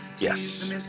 Yes